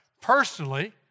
personally